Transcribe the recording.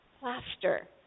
plaster